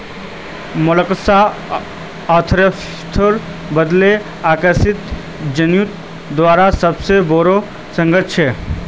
Mollusca आर्थ्रोपोडार बादे अकशेरुकी जंतुर दूसरा सबसे बोरो संघ छे